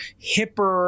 hipper